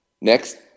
Next